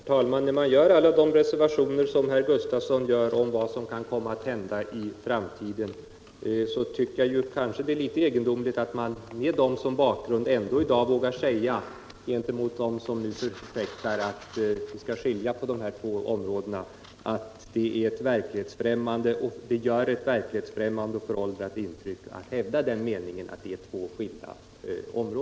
Herr talman! När herr Gustafsson i Stockholm gör en mängd reservationer för vad som kan komma att hända i framtiden, tycker jag att det är litet egendomligt att han i dag vågar säga gentemot dem som förfäktar att vi skall skilja på de båda rättsområdena att det gör ”ett verklighetsfrämmande och föråldrat intryck” att hävda den meningen.